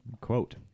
Quote